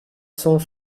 cent